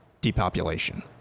depopulation